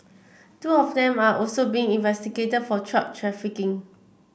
two of them are also being investigated for drug trafficking